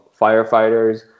firefighters